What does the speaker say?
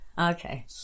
Okay